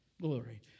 Glory